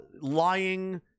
lying